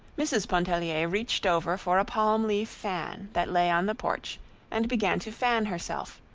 mrs. pontellier reached over for a palm-leaf fan that lay on the porch and began to fan herself,